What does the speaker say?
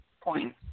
Point